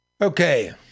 Okay